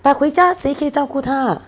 but 回家谁可以照顾她